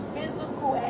Physical